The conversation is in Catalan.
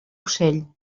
ocell